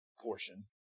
portion